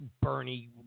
Bernie